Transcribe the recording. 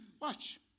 Watch